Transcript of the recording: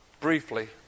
briefly